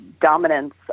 dominance